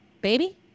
baby